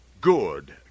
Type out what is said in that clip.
good